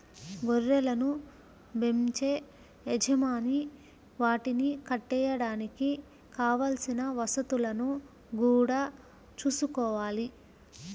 గొర్రెలను బెంచే యజమాని వాటిని కట్టేయడానికి కావలసిన వసతులను గూడా చూసుకోవాలి